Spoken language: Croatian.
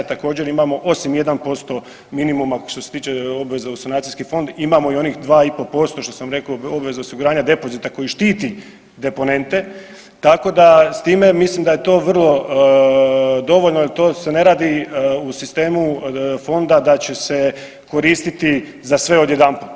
Također imamo osim 1% minimuma što se tiče obveza u sanacijski fond imamo i onih 2,5% što sam rekao obveza osiguranja depozita koji štiti deponente tako da s time mislim da je to vrlo dovoljno jer to se ne radi u sistemu fonda da će se koristiti za sve odjedanput.